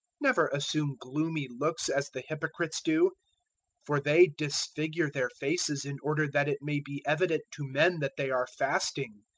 never assume gloomy looks as the hypocrites do for they disfigure their faces in order that it may be evident to men that they are fasting.